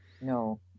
no